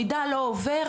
המידע לא עובר